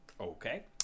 okay